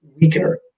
weaker